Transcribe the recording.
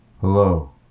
Hello